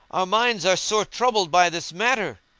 our minds are sore troubled by this matter.